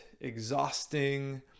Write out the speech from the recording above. exhausting